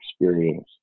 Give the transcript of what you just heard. experience